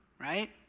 right